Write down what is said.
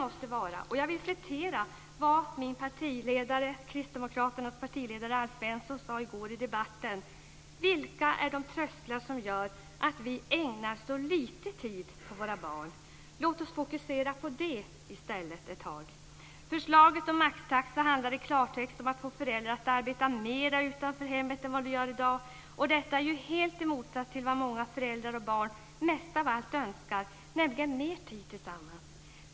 Jag vill citera vad Kristdemokraternas partiledare Alf Svensson sade i debatten i går: Vilka är de trösklar som gör att vi ägnar så litet tid åt våra barn? Låt oss fokusera på det ett tag i stället. Förslaget om maxtaxa handlar i klartext om att få föräldrar att arbeta mer utanför hemmet än vad de gör i dag. Det är helt i motsats till vad många föräldrar och barn mest av allt önskar, nämligen mer tid tillsammans.